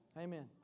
Amen